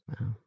Wow